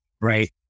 Right